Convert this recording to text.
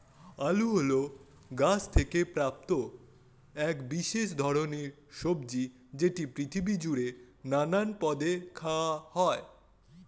আলু হল গাছ থেকে প্রাপ্ত এক বিশেষ ধরণের সবজি যেটি পৃথিবী জুড়ে নানান পদে খাওয়া হয়